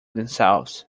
themselves